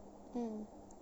mm